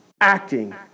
acting